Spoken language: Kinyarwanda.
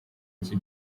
iki